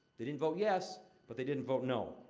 they didn't vote yes, but they didn't vote no.